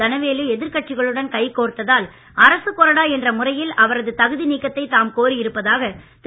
தனவேலு எதிர்கட்சிகளுடன் கைகோர்த்தால் அரசுக்கொறடா என்ற முறையில் அவரது தகுதி நீக்கத்தை தாம் கோரியிருப்பதாக திரு